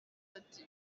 ati